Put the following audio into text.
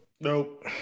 Nope